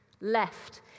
left